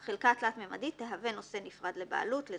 אנחנו --- ואז